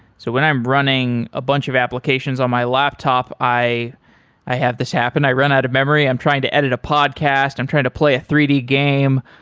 so when i'm running a bunch of applications on my laptop, i i have this happen, i run out of memory, i'm trying to edit a podcast, i'm trying to play a three d game,